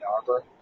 Arbor